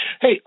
Hey